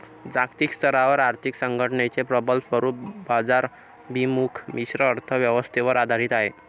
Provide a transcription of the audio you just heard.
जागतिक स्तरावर आर्थिक संघटनेचे प्रबळ स्वरूप बाजाराभिमुख मिश्र अर्थ व्यवस्थेवर आधारित आहे